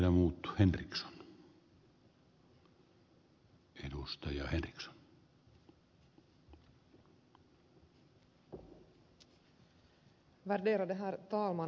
ärade herr talman arvoisa puhemies